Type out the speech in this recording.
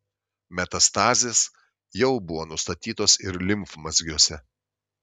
metastazės jau buvo nustatytos ir limfmazgiuose